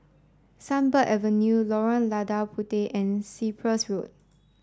Sunbird Avenue Lorong Lada Puteh and Cyprus Road